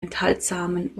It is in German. enthaltsamen